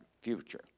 future